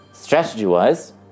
Strategy-wise